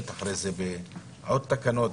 אחר כך בעוד תקנות,